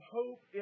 hope